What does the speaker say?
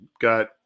got